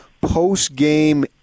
post-game